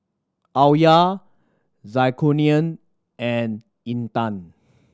Alya Zulkarnain and Intan